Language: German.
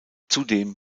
zudem